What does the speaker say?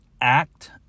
act